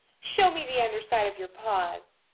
show me the underside of your paws.